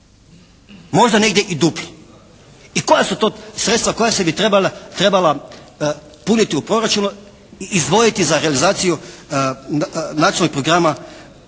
Možda negdje i duplo. I koja su to sredstva koja se bi trebala puniti u proračunu i izdvojiti za realizaciju nacionalnog programa